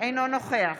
אינו נוכח